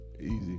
Easy